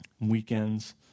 weekends